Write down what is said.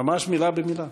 ממש מילה במילה.